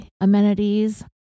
amenities